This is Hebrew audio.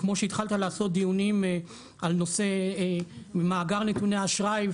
וכמו שהתחלת לעשות דיונים על נושא מאגר נתוני האשראי,